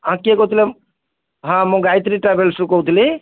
ହଁ କିଏ କହୁଥିଲ ହଁ ମୁଁ ଗାୟତ୍ରୀ ଟ୍ରାଭେଲ୍ସରୁ କହୁଥିଲି